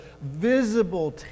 visible